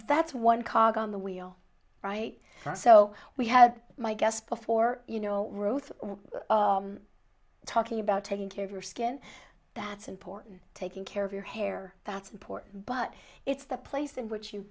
that's one cog on the wheel right so we have my guest before you know ruth talking about taking care of your skin that's important taking care of your hair that's important but it's the place in which you